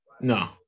No